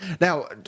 Now